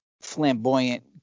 flamboyant